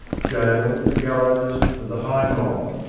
gaol, the gallows and the high mob.